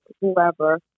whoever